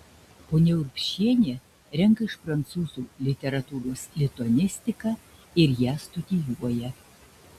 ponia urbšienė renka iš prancūzų literatūros lituanistiką ir ją studijuoja